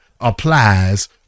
applies